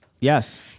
Yes